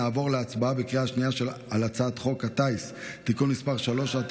נעבור להצבעה בקריאה שנייה על הצעת חוק הטיס (תיקון מס' 3),